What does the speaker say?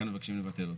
ולכן מבקשים לבטל אותו.